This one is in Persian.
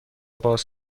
باز